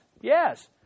Yes